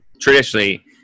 traditionally